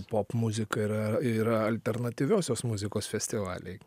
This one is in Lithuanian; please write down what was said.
popmuzika yra yra alternatyviosios muzikos festivaliai